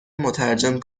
مترجم